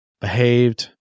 behaved